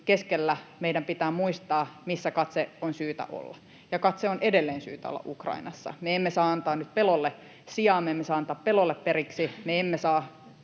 keskellä meidän pitää muistaa, missä katseen on syytä olla, ja katseen on edelleen syytä olla Ukrainassa. Me emme saa antaa nyt pelolle sijaa, me emme saa antaa pelolle periksi, me emme saa